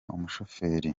umushoferi